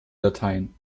dateien